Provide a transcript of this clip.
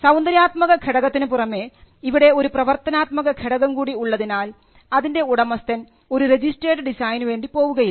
സൌന്ദര്യാത്മക ഘടകത്തിനു പുറമേ ഇവിടെ ഒരു പ്രവർത്തനാത്മക ഘടകം കൂടി ഉള്ളതിനാൽ അതിൻറെ ഉടമസ്ഥൻ ഒരു രജിസ്ട്രേഡ് ഡിസൈനു വേണ്ടി പോവുകയില്ല